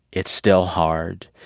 it's still hard.